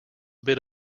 bit